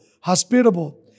hospitable